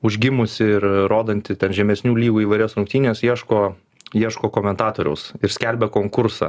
užgimusi ir rodanti ten žemesnių lygų įvairias rungtynes ieško ieško komentatoriaus ir skelbia konkursą